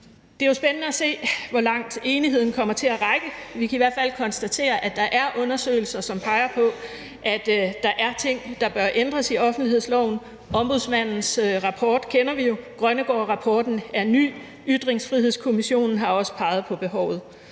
Det er jo spændende at se, hvor langt enigheden kommer til at række. Vi kan i hvert fald konstatere, at der er undersøgelser, som peger på, at der er ting, der bør ændres i offentlighedsloven. Ombudsmandens rapport kender vi jo, Grønnegårdrapporten er ny, Ytringsfrihedskommissionen har også peget på behovet.